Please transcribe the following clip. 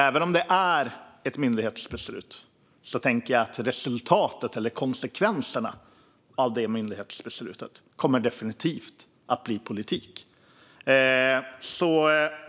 Även om det handlar om ett myndighetsbeslut tänker jag att konsekvenserna av det beslutet definitivt kommer att bli politik.